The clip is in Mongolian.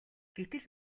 гэтэл